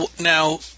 Now